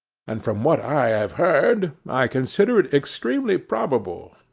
and, from what i have heard, i consider it extremely probable,